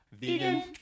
Vegan